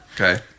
Okay